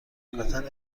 قطعا